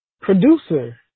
producer